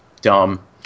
dumb